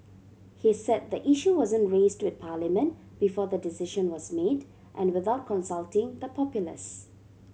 he said the issue wasn't raised with Parliament before the decision was made and without consulting the populace